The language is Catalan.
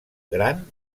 gran